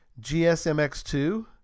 GSMX2